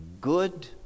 good